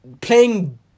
playing